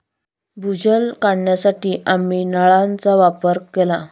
भूजल काढण्यासाठी आम्ही नळांचा वापर केला